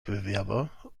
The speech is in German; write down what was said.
bewerber